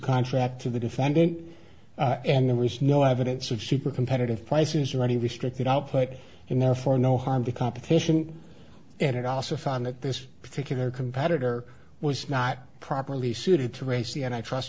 contract to the defendant and there was no evidence of sheep or competitive prices or any restricted output and therefore no harm to competition and it also found that this particular competitor was not properly suited tracey and i trust